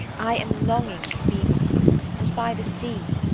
i am longing to be with you, and by the sea,